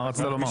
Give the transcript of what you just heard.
מה רצית לומר?